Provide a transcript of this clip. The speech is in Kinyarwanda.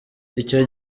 icyo